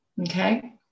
Okay